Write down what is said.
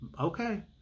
okay